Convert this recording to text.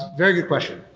very good question.